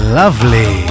lovely